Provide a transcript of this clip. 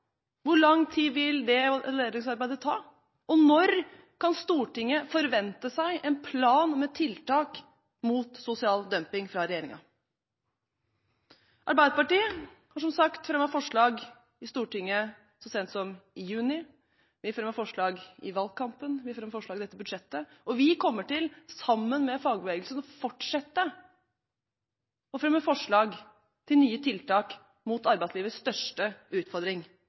Hvor lang tid vil det evalueringsarbeidet ta, og når kan Stortinget forvente en plan med tiltak mot sosial dumping fra regjeringen? Arbeiderpartiet fremmet som sagt forslag i Stortinget så sent som i juni, vi fremmet forslag i valgkampen, vi fremmet forslag i dette budsjettet og vi kommer, sammen med fagbevegelsen, til å fortsette å fremme forslag til nye tiltak mot arbeidslivets største utfordring.